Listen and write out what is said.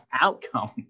outcome